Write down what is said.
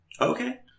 Okay